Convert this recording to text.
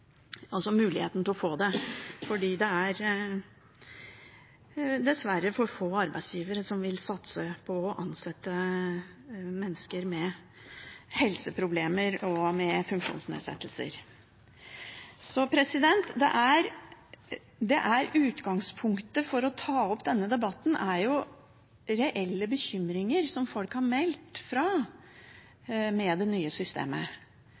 muligheten til å få det, fordi det dessverre er for få arbeidsgivere som vil satse på å ansette mennesker med helseproblemer og funksjonsnedsettelser. Så utgangspunktet for å ta opp denne debatten er reelle bekymringer som folk har meldt fra om med det nye systemet.